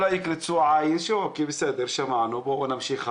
אולי יקרצו עין, בסדר, שמענו, בוא נמשיך הלאה.